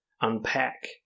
unpack